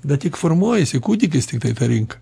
bet tik formuojasi kūdikis tiktai ta rinka